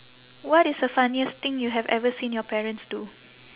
what is the funniest thing you have ever seen your parents do